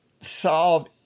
solve